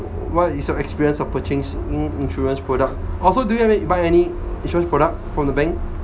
what is your experience of purchasing insurance product also do you buy any insurance product from the bank